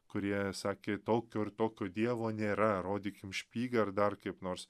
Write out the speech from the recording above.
kurie sakė tokio ir tokio dievo nėra rodykim špygą ar dar kaip nors